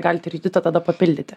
galit ir juditą tada papildyti